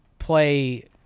play